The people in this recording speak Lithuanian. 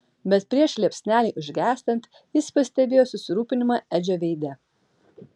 bet prieš liepsnelei užgęstant jis pastebėjo susirūpinimą edžio veide